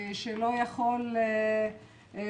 ושלא יכול ללכת,